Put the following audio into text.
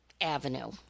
avenue